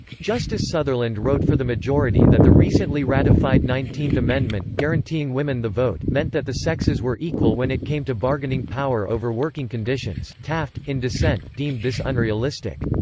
justice sutherland wrote for the majority that the recently ratified nineteenth amendment, guaranteeing women the vote, meant that the sexes were equal when it came to bargaining power over working conditions taft, in dissent, deemed this unrealistic.